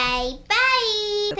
Bye-bye